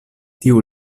tiu